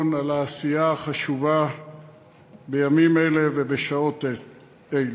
על העשייה החשובה בימים אלו ובשעות אלו.